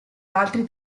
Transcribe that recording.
altri